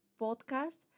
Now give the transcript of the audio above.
podcast